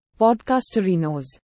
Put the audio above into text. podcasterinos